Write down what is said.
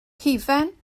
hufen